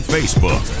Facebook